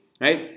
right